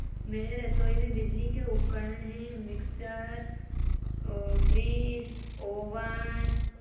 मेरे रसोई में बिजली के उपकरण हैं मिक्सर और फ़्रीज ओवान